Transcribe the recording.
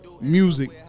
music